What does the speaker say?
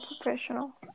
professional